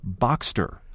Boxster